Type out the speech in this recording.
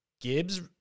Gibbs